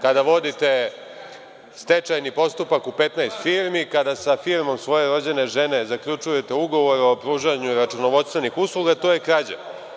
Kada vodite stečajni postupak u 15 firmi, kada sa firmom svoje rođene žene zaključujete ugovor o pružanju računovodstvenih usluga, to je krađa.